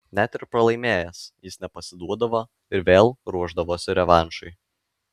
net ir pralaimėjęs jis nepasiduodavo ir vėl ruošdavosi revanšui